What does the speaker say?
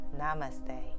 namaste